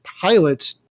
pilots